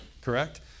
Correct